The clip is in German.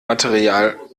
material